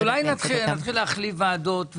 אז אולי נתחיל להחליף ועדות,